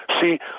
See